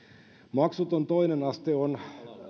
maksuton toinen aste on